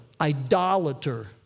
idolater